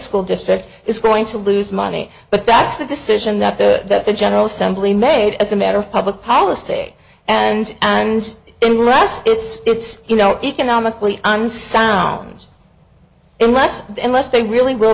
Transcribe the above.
school district is going to lose money but that's the decision that the that the general assembly made as a matter of public policy and and in the rest it's it's you know economically unsound unless unless they really